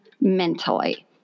mentally